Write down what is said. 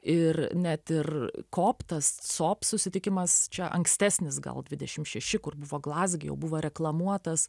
ir net ir kop tas cop susitikimas čia ankstesnis gal dvidešimt šeši kur buvo glazge jau buvo reklamuotas